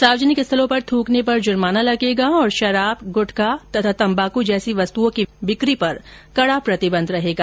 सार्वजनिक स्थलों पर थ्रकने पर जुर्माना लगेगा और शराब गुटखा तथा तंबाकू जैसी वस्तुओं की बिक्री पर कड़ा प्रतिबंध रहेगा